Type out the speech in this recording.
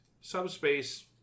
subspace